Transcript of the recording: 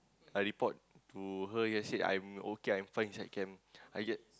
I report to her yes said I'm okay I'm fine inside camp I get